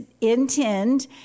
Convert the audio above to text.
intend